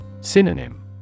Synonym